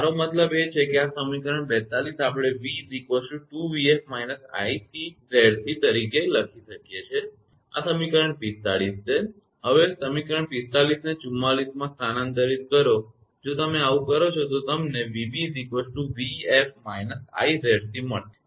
મારો મતલબ એ છે કે આ સમીકરણ 42 આપણે 𝑉 2𝑉𝑓 − 𝑖𝑍𝑐 તરીકે લખી શકીએ છીએ આ સમીકરણ 45 છે હવે તમે સમીકરણ 45 ને સમીકરણ 44 માં સ્થાનાંતરિત કરો જો તમે આવું કરો છો તો તમને 𝑉𝑏 𝑉𝑓 − 𝑖𝑍𝑐 મળશે